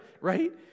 right